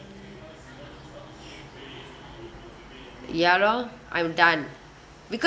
ya loh I'm done